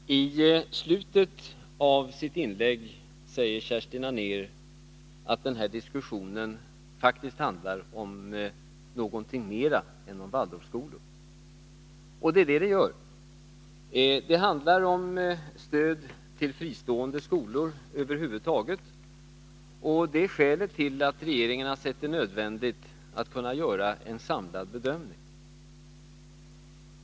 Herr talman! I slutet av sitt inlägg säger Kerstin Anér att den här diskussionen faktiskt handlar om någonting mera än Waldorfskolorna. Det ärriktigt. Det handlar om stöd till fristående skolor över huvud taget, och det är skälet till att regeringen har sett det som nödvändigt att göra en samlad bedömning.